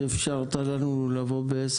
תודה לך על המסירות ועל שאפשרת לנו לבוא לעבודה